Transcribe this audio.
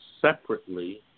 separately